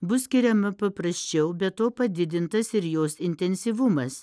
bus skiriama paprasčiau be to padidintas ir jos intensyvumas